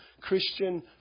Christian